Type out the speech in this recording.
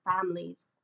families